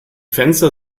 fenster